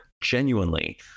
genuinely